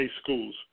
schools